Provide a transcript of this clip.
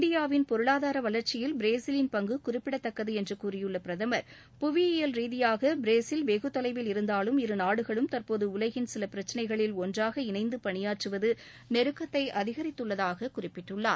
இந்தியாவின் பொளருளாதார வளர்ச்சியில் பிரேசிலின் பங்கு குறிப்பிடத்தகுந்தது என்று கூறியுள்ள பிரதமர் புவியியல் ரீதியாக பிரேசில் வெகுதொலைவில் இருந்தாலும் இருநாடுகளும் தற்போது உலகின் சில பிரச்சினைகளில் ஒன்றாக இணைந்து பணியாற்றுவது நெருக்கத்தை அதிகரித்துள்ளதாக குறிப்பிட்டார்